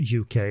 UK